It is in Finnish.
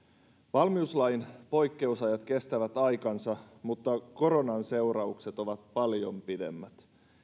valmiuslain poikkeusajat kestävät aikansa mutta koronan seuraukset ovat paljon pidemmät